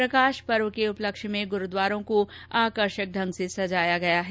प्रकाश पर्व के उपलक्ष में गुरूद्वारों को आकर्षक ढंग से सजाया गया है